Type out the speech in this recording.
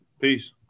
Peace